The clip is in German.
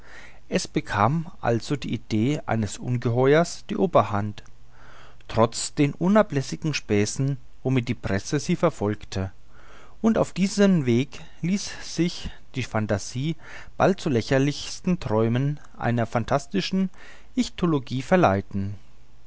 es bekam also die idee eines ungeheuers die oberhand trotz den unablässigen späßen womit die kleine presse sie verfolgte und auf diesem wege ließ sich die phantasie bald zu den lächerlichsten träumen einer phantastischen ichthyologie verleiten